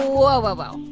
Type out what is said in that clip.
ah whoa, whoa, whoa.